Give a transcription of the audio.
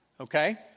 Okay